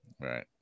Right